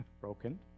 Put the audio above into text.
broken